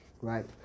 right